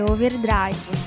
Overdrive